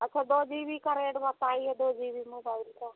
अच्छा दो G B का रेट बताइए दो जी बी मोबाइल का